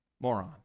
morons